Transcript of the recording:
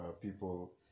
people